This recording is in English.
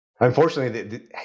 unfortunately